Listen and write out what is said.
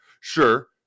Sure